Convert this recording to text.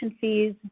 fees